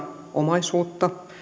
omaisuutta